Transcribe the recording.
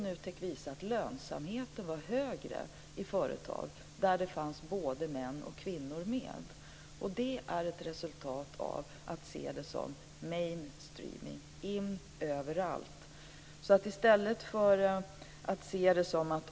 Rapporten visade att lönsamheten var högre i företag där det fanns både män och kvinnor. Detta är ett resultat av mainstreaming, dvs. in med kvinnor överallt.